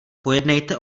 pojednejte